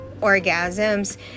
orgasms